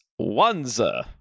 Wanza